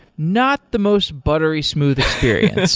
not the most buttery smooth experience,